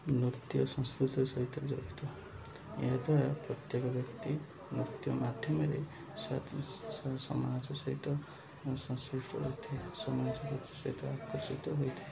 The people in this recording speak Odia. ନୃତ୍ୟ ସଂସ୍କୃତି ସହିତ ଜଡ଼ିତ ଏହାଦ୍ୱାରା ପ୍ରତ୍ୟେକ ବ୍ୟକ୍ତି ନୃତ୍ୟ ମାଧ୍ୟମରେ ସତ ସମାଜ ସହିତ ସଂଶ୍ଲିଷ୍ଟ ରହିଥାଏ ସମାଜ ସହିତ ଆକର୍ଷିତ ହୋଇଥାଏ